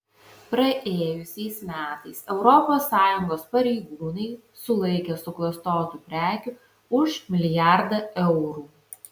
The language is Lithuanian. praėjusiais metais europos sąjungos pareigūnai sulaikė suklastotų prekių už milijardą eurų